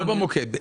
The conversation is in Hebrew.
לא במוקד.